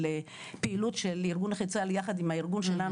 של פעילות של ארגון נכי צה"ל יחד עם הארגון שלנו